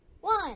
one